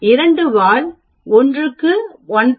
இரண்டு வால் ஒன்றுக்கு 1